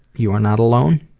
you are not alone,